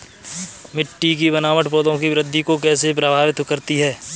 मिट्टी की बनावट पौधों की वृद्धि को कैसे प्रभावित करती है?